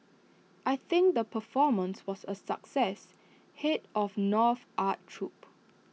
I think the performance was A success Head of North's art troupe